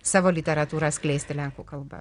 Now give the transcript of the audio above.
savo literatūrą skleisti lenkų kalba